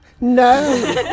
No